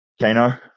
Kano